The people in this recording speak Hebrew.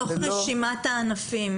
אבל מתוך רשימת הענפים,